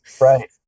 right